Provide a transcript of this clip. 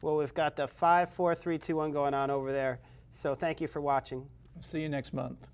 well we've got the five four three two one going on over there so thank you for watching see you next month